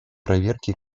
проверки